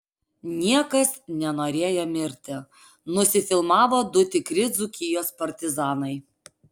niekas nenorėjo mirti nusifilmavo du tikri dzūkijos partizanai